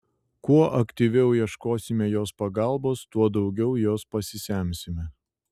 kuo aktyviau ieškosime jos pagalbos tuo daugiau jos pasisemsime